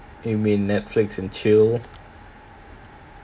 you mean Netflix and chill